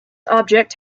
object